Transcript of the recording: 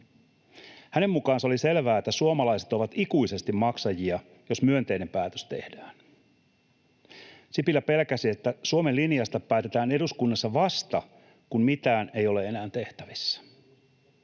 Hänen mukaansa oli selvää, että suomalaiset ovat ikuisesti maksajia, jos myönteinen päätös tehdään. Sipilä pelkäsi, että Suomen linjasta päätetään eduskunnassa vasta, kun mitään ei ole enää tehtävissä.